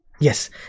Yes